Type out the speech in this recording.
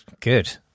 Good